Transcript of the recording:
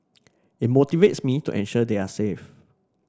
it motivates me to ensure they are safe